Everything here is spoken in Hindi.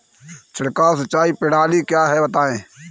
छिड़काव सिंचाई प्रणाली क्या है बताएँ?